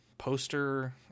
poster